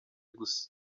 gusa